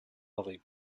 lolly